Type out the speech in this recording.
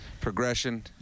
progression